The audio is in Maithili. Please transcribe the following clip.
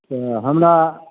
तऽ हमरा